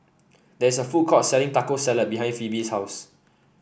there is a food court selling Taco Salad behind Phebe's house